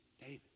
David